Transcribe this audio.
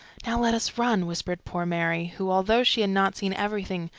now, let us run, whispered poor mary, who, although she had not seen everything,